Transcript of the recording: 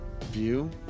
view